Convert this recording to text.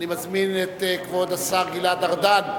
אני מזמין את כבוד השר גלעד ארדן.